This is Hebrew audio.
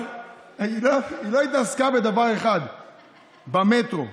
אבל היא לא התעסקה בדבר אחד, במטרו.